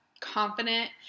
Confident